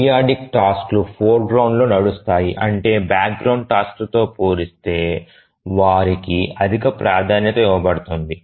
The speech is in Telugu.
పీరియాడిక్ టాస్క్ లు ఫోర్గ్రౌండ్లో నడుస్తాయి అంటే బ్యాక్గ్రౌండ్ టాస్క్లతో పోలిస్తే వారికి అధిక ప్రాధాన్యత ఇవ్వబడుతుంది